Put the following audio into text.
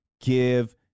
Give